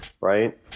right